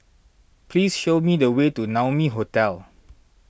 please show me the way to Naumi Hotel